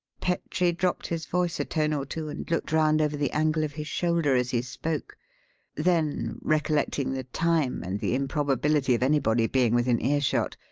petrie dropped his voice a tone or two and looked round over the angle of his shoulder as he spoke then, recollecting the time and the improbability of anybody being within earshot,